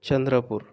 Chandrapur